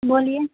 بولیے